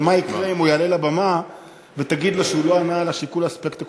ומה יקרה אם הוא יעלה לבמה ותגיד לו שהוא לא ענה על השיקול הספקטקולרי?